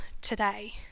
today